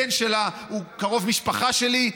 הבן שלה הוא קרוב משפחה שלי,